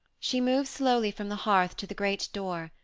she moves slowly from the hearth to the great door,